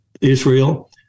Israel